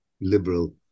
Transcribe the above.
liberal